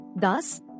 Thus